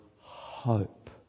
hope